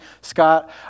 Scott